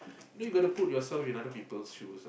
you know you gotta put yourself in other people's shoes